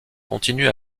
continue